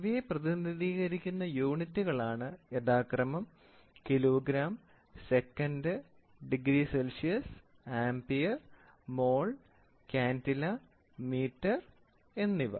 ഇവയെ പ്രതിനിധീകരിക്കുന്ന യൂണിറ്റുകളാണ് യഥാക്രമം kilogram second degree Celsius ampere mole candela metre എന്നിവ